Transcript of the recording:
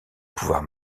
pouvoirs